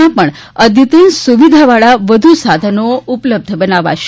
માં પણ અદ્યતન સુવિધાવાળા વધુ સાધનો ઉપલબ્ધ બનાવાશે